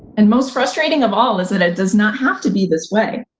and most frustrating of all is that it does not have to be this way.